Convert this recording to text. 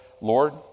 Lord